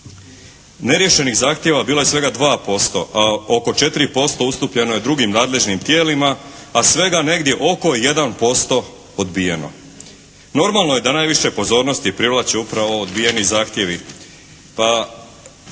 Neriješenih zahtjeva bilo je svega 2% a oko 4% ustupljeno je drugim nadležnim tijelima a svega negdje oko 1% odbijeno. Normalno je da najviše pozornosti privlači upravo ovo odbijeni zahtjevi pa